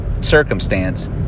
circumstance